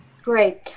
Great